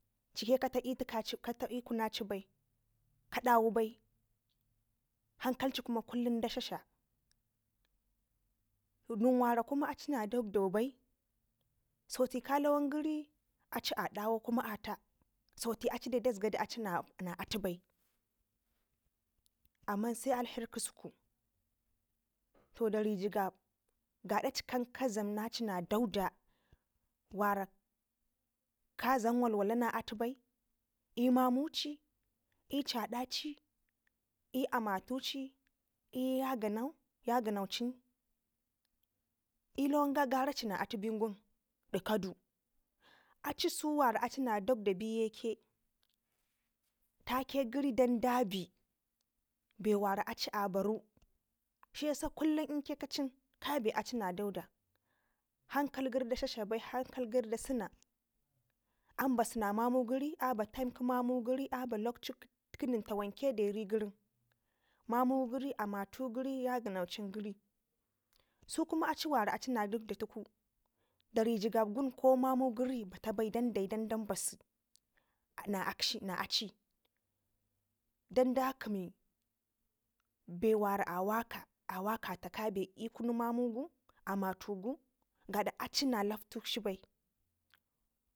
ciƙe ka ta itikaci kata l'kunaci bai kadawu bai hankalci kume kullum da dladla nen wara kuma acina dagdo bai sote ka lawan gɘri adawau kuma ata sote acidai dazgadu acii na atubai amman se alheri k1su ku to dari jigab gadaci kan ka dlam naci na dagda wara kadlam walwala na atu bai l'mamuci l'ci adaci l'amatuci l'yaganancin l'lawaro ha gwanaci na a tu ben gun digkadu acisu wara aci wara aci na dagda benyeke take gɘri dan dabe be wara aci a baru shiyasa lnkekacin kabe aci na dagda hankal gɘri da dladla bai hankal gɘri da sena na mamu gɘri abar time l'mamu gɘri abar luktu l'nen tawakɘ deri gɘrin mamu gɘri ammatu gɘri yaganancin gɘri sukuma aci wara acina dagda tuku dari jigabwun ko mamu gɘri batabai den dayi dan dan base na akshi naaci dan da gemi bewara awakata kabe l'kunu mamu gɘri ammatugu aci na luktakshi bai